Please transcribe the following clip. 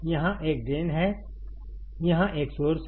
यहाँ एक ड्रेन है यहाँ एक सोर्स है